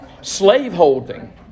Slaveholding